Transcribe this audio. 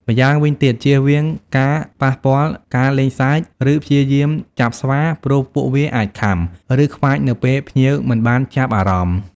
ម្យ៉ាងវិញទៀត ជៀសវាងការប៉ះពាល់ ការលេងសើច ឬព្យាយាមចាប់ស្វា ព្រោះពួកវាអាចខាំ ឬខ្វាចនៅពេលភ្ញៀវមិនបានចាប់អារម្មណ៍។